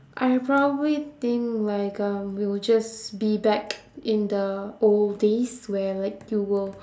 I probably think like um we'll just be back in the old days where like you will